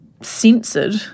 censored